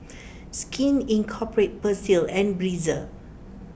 Skin Inc Persil and Breezer